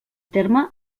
terme